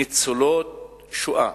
ניצולות השואה,